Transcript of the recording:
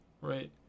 right